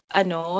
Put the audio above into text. ano